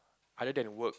other than work